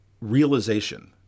realization